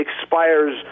expires